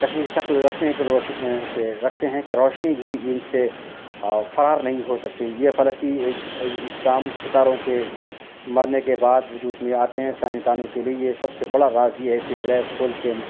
کششی شکل رکھتے ہیں کہ روش رکھتے ہیں کہ روشنی بھی ان سے فرار نہیں ہو سکتی یہ فلکی اقسام ستاروں کے مرنے کے بعد وجود میں آتے ہیں سائنسدانوں کے لیے یہ سب سے بڑا غازی ہے کہ بلیک ہولس کے